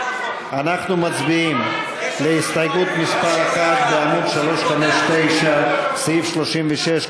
אנחנו מצביעים על הסתייגות מס' 1 בעמוד 359 לסעיף 36,